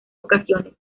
ocasiones